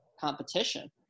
competition